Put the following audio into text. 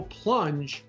PLUNGE